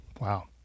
Wow